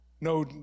no